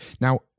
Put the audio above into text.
Now